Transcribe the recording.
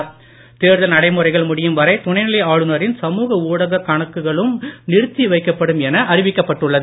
துணைநிலை தேர்தல் நடைமுறைகள் ஆளுநர் முடியும்வரைதுணைநிலை ஆளுநரின் சமுக ஊடக கணக்குகளும் நிறுத்தி வைக்கப்படும் என அறிவிக்கப்பட்டுள்ளது